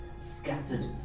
scattered